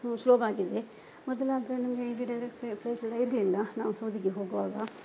ಸುಲಭ ಆಗಿದೆ ಮತ್ತು ನಮಗೆ ಈಗ ಡೈರೆಕ್ಟ್ ಫ್ಲೈಟೆಲ್ಲ ಇದ್ದಿಲ್ಲ ನಾವು ಸೌದಿಗೆ ಹೋಗುವಾಗ